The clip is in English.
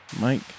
mike